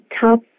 top